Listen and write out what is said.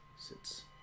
sits